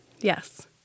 Yes